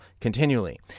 continually